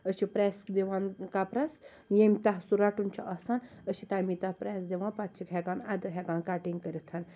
أسۍ چھِ پریٚس دِوان کَپرس ییٚمہِ طرفہٕ سُہ رَٹُن چھُ آسان أسۍ چھِ تمے طرفہٕ پریٚس دوان پَتہٕ چھِ ہیٚکان ادٕ ہیٚکان کَٹینٛگ کٔرتھ